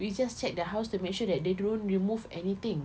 we just check the house to make sure that they don't remove anything